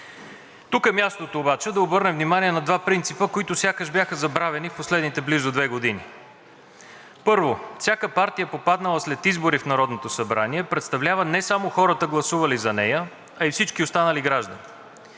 Тук е мястото обаче да обърнем внимание на два принципа, които сякаш бяха забравени в последните близо две години. Първо, всяка партия, попаднала след избори в Народното събрание, представлява не само хората, гласували за нея, а и всички останали граждани.